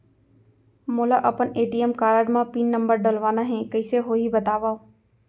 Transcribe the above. मोला अपन ATM card म पिन नंबर डलवाना हे कइसे होही बतावव?